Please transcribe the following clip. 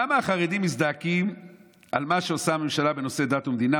למה החרדים מזדעקים על מה שעושה הממשלה בנושא דת ומדינה?